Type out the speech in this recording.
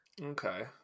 okay